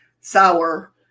sour